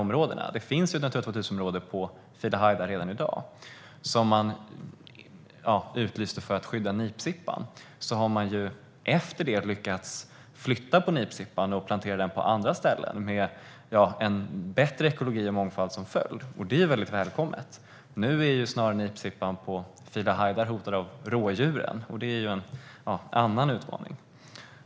Det finns exempelvis ett Natura 2000-områden på Filehajdar redan i dag, vilket utlystes för att skydda nipsippan. Efter det har man lyckats flytta nipsippan och plantera den på andra ställen med en bättre ekologi och mångfald som följd, vilket är välkommet. Nu hotas nipsippan på Filehajdar snarare av rådjuren, och det är en annan utmaning.